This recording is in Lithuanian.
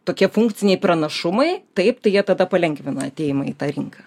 tokie funkciniai pranašumai taip tai jie tada palengvina atėjimą į tą rinką